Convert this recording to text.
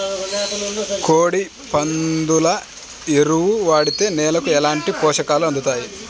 కోడి, పందుల ఎరువు వాడితే నేలకు ఎలాంటి పోషకాలు అందుతాయి